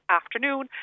afternoon